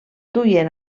duien